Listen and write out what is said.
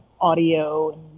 audio